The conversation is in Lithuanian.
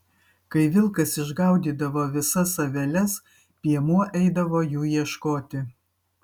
kai vilkas išgaudydavo visas aveles piemuo eidavo jų ieškoti